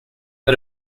but